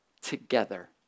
together